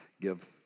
give